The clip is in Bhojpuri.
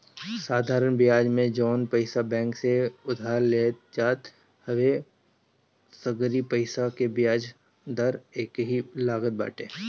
साधरण बियाज में जवन पईसा बैंक से उधार लेहल जात हवे उ सगरी पईसा के बियाज दर एकही लागत बाटे